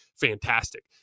fantastic